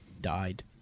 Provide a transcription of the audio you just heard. died